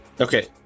Okay